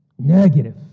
Negative